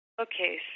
Okay